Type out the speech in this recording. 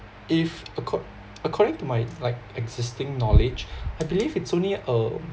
if accor~ according to my like existing knowledge I believe it's only a